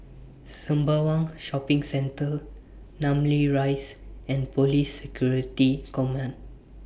Sembawang Shopping Centre Namly Rise and Police Security Command